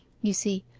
you see,